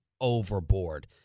overboard